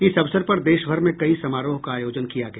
इस अवसर पर देशभर में कई समारोह का आयोजन किया गया